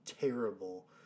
terrible